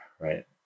right